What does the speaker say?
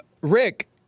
Rick